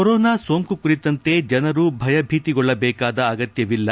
corona ಸೋಂಕು ಕುರಿತಂತೆ ಜನರು ಭಯಭೀತಿಗೊಳ್ಳಬೇಕಾದ ಅಗತ್ಯವಿಲ್ಲ